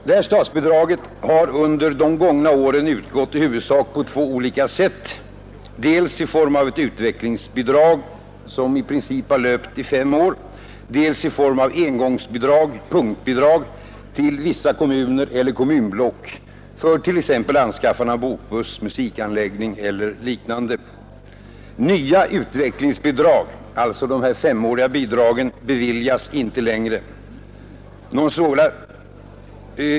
Det här bidraget har under de gångna åren utgått på två olika sätt, dels i form av ett utvecklingsbidrag som i princip har löpt i fem år, dels i form av engångsbidrag, punktbidrag, till vissa kommuner eller kommunblock för t.ex. anskaffande av bokbuss, musikanläggning eller liknande. Nya femåriga utvecklingsbidrag beviljas inte längre.